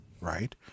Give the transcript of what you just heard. right